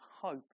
hope